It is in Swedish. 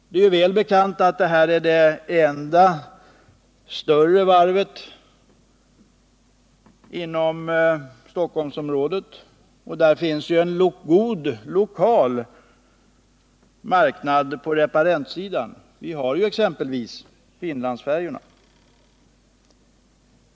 Det är väl bekant att det här är det enda större varvet inom Stockholmsområdet. Här finns ju en god lokal marknad på reparentsidan, t.ex. Finlandsfärjorna.